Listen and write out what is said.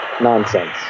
nonsense